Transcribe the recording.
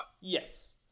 Yes